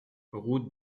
route